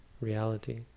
reality